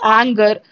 anger